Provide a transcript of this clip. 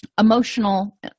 emotional